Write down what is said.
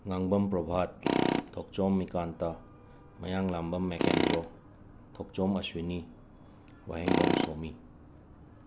Ngangbam Provat Thokchom Mikanta Mayanglangbam Mekendro Thongchom Ashwini Wahengbam Somi